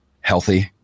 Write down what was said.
healthy